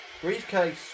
briefcase